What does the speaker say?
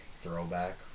throwback